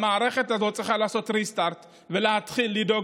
המערכת הזאת צריכה לעשות restart ולהתחיל לדאוג